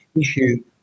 issue